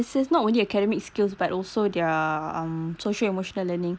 not only academic skills but also their um social emotional learning